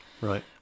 Right